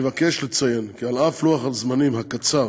אני מבקש לציין כי על אף לוח הזמנים הקצר